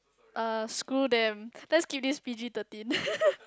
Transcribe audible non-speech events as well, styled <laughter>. uh screw them let's keep this P_G thirteen <laughs>